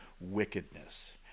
wickedness